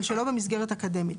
אבל שלא במסגרת אקדמית.